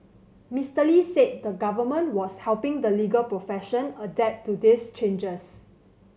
Mister Lee said the Government was helping the legal profession adapt to these changes